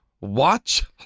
watch